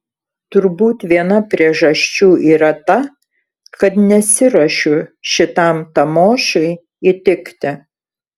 turbūt viena priežasčių yra ta kad nesiruošiu šitam tamošiui įtikti